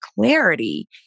clarity